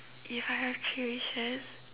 if I have three wishes